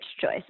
choice